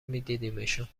میدیدمشون